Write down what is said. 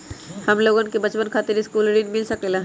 हमलोगन के बचवन खातीर सकलू ऋण मिल सकेला?